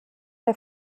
der